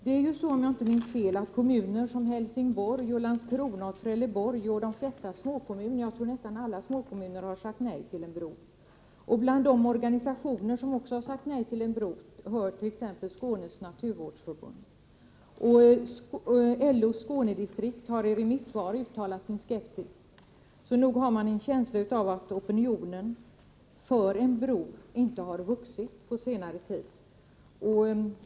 Om jag inte minns fel har kommuner som Helsingborg, Landskrona och Trelleborg och alla småkommuner i Skåne sagt nej till en bro. Bland de organisationer som också sagt nej finns Skånes naturvårdsförbund, och LO-distriktet i Skåne har i remissvar uttalat skepsis. Nog har man en känsla av att opinionen för en bro inte har vuxit under senare tid.